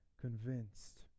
convinced